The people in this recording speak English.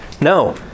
No